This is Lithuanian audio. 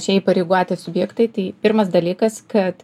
šie įpareigoti subjektai tai pirmas dalykas kad